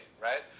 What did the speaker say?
right